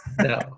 No